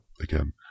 again